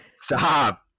stop